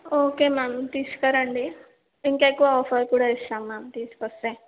okay ma'am తీసుకు రండి ఇంకా ఎక్కువ ఆఫర్ కూడా ఇస్తాము మ్యామ్ తీసుకు వస్తే